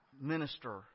minister